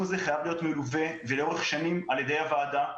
הזה חייב להיות מלווה ולאורך שנים על ידי הוועדה,